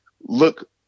look